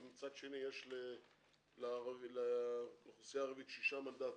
ומצד שני יש לאוכלוסייה הערבית שישה מנדטים.